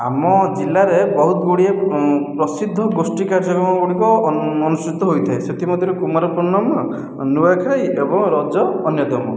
ଆମ ଜିଲ୍ଲାରେ ବହୁତ ଗୁଡ଼ିଏ ପ୍ରସିଦ୍ଧ ଗୋଷ୍ଠି କାର୍ଯ୍ୟକ୍ରମ ଗୁଡ଼ିକ ଅନୁଷ୍ଠିତ ହୋଇଥାଏ ସେଥିମଧ୍ୟରୁ କୁମାର ପୂର୍ଣ୍ଣିମା ନୂଆଖାଇ ଏବଂ ରଜ ଅନ୍ୟତମ